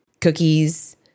cookies